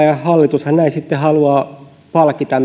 ja hallitus näin sitten haluaa palkita